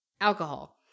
alcohol